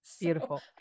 Beautiful